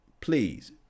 please